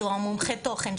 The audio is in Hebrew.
שהוא מומחה התוכן,